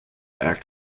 act